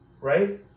right